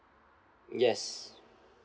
yes